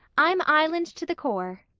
i'm island to the core.